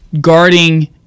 guarding